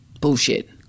bullshit